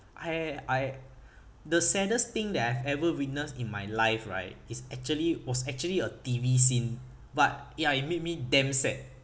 I I the saddest thing that I've ever witnessed in my life right is actually was actually a T_V scene but ya it made me damn sad